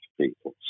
people